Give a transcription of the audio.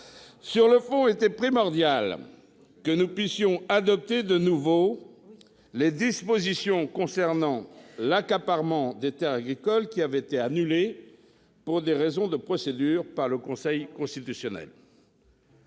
Sur le fond, il était primordial de pouvoir adopter de nouveau les dispositions relatives à l'accaparement des terres agricoles qui avaient été annulées pour des raisons de procédure par le Conseil constitutionnel.